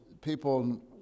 people